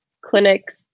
clinics